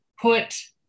put